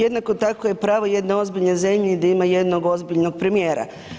Jednako tako je pravo jedne ozbiljne zemlje, di ima jednog ozbiljnog premijera.